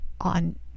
on